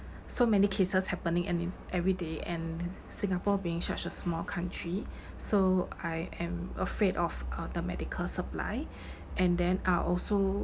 so many cases happening and in every day and singapore being such a small country so I am afraid of uh the medical supply and then are also